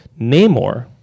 Namor